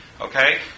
Okay